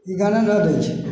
ई गाना नहि दै छै